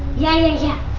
yeah yeah yeah.